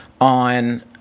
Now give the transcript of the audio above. on